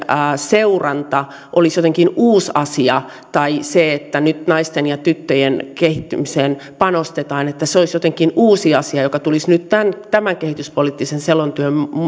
seuranta olisivat jotenkin uusi asia tai se että nyt naisten ja tyttöjen kehittymiseen panostetaan olisi jotenkin uusi asia joka tulisi nyt tämän tämän kehityspoliittisen selonteon